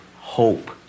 hope